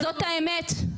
זאת האמת.